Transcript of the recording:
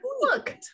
look